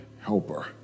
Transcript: helper